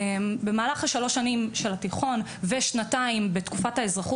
במהלך שלוש שנים מהתיכון ועוד שנתיים מהאזרחות.